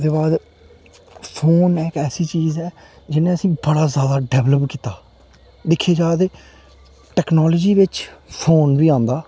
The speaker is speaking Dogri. ओह्दे बाद फोन इक ऐसी चीज़ ऐ जि'न्नें असें ई बड़ा जादा डेवलप कीता दिक्खेआ जा ते टेक्नोलॉजी बिच फोन बी आंदा